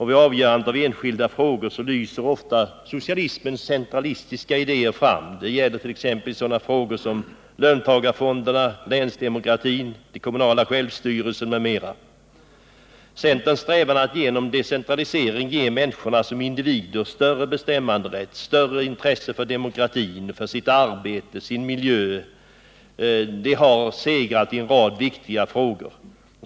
Vid avgörandet av enskilda frågor lyser ofta socialismens centralistiska idéer fram. Det gäller t.ex. sådana frågor som löntagarfonderna, länsdemokratin och den kommunala självstyrelsen. Centerns strävan att genom decentralisering ge människorna såsom individer ökad bestämmanderätt samt skapa större intresse för demokratin, för arbetet och för miljön har segrat i en rad viktiga frågor.